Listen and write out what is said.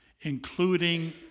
including